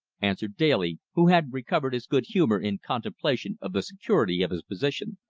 answered daly, who had recovered his good-humor in contemplation of the security of his position.